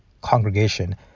congregation